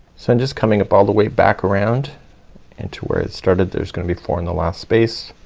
so i'm just coming up all the way back around into where it started. there's going to be four in the last space